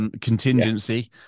contingency